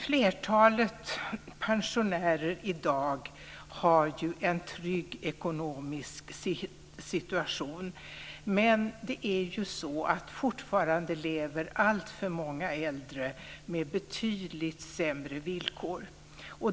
Flertalet pensionärer i dag har en trygg ekonomisk situation, men fortfarande lever alltför många äldre med betydligt sämre villkor.